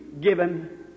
given